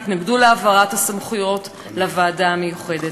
תתנגדו להעברת הסמכויות לוועדה המיוחדת.